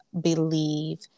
believe